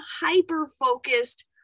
hyper-focused